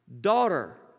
Daughter